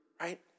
right